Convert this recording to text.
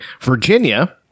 Virginia